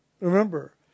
Remember